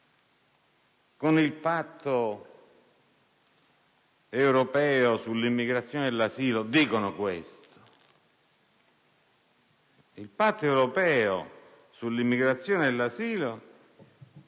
del Patto europeo sull'immigrazione e sull'asilo dicono questo. Il Patto europeo sull'immigrazione e sull'asilo fissa